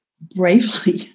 bravely